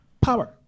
power